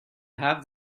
have